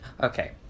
Okay